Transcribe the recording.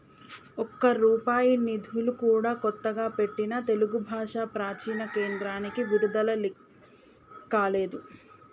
ఒక్క రూపాయి నిధులు కూడా కొత్తగా పెట్టిన తెలుగు భాషా ప్రాచీన కేంద్రానికి విడుదల కాలేదు